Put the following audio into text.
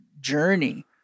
journey